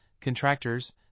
contractors